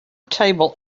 table